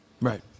right